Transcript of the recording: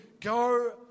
go